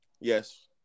Yes